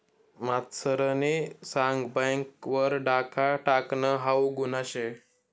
मास्तरनी सांग बँक वर डाखा टाकनं हाऊ गुन्हा शे